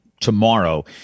tomorrow